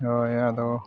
ᱦᱳᱭ ᱟᱫᱚ